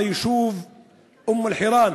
שיוגשו נגדם כתבי אישום כמו שקרה ביישוב אום-אלחיראן,